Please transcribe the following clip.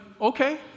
okay